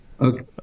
Okay